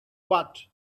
but